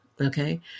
Okay